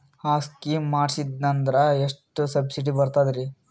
ಆ ಸ್ಕೀಮ ಮಾಡ್ಸೀದ್ನಂದರ ಎಷ್ಟ ಸಬ್ಸಿಡಿ ಬರ್ತಾದ್ರೀ?